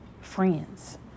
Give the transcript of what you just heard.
friends